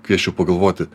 kviesčiau pagalvoti